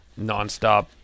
nonstop